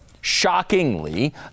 Shockingly